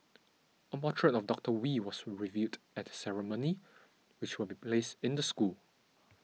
a portrait of Doctor Wee was revealed at the ceremony which will be placed in the school